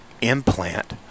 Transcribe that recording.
implant